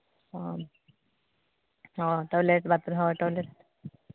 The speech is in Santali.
ᱚ ᱦᱚᱸ ᱴᱚᱭᱞᱮᱴ ᱵᱟᱛᱷᱨᱩᱢ ᱦᱚᱸ ᱴᱚᱭᱞᱮᱴ